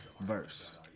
verse